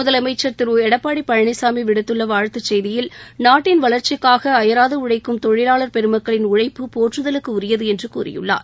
முதலமைச்சர் திரு எடப்பாடி பழனிசாமி விடுத்துள்ள வாழ்த்துச் செய்தியில் நாட்டின் வளர்ச்சிக்காக அயராது உழைக்கும் தொழிலாளர் பெருமக்களின் உழைப்பு போற்றுதலுக்குரியது என்று கூறியுள்ளார்